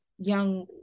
young